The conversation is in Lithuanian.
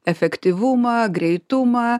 efektyvumą greitumą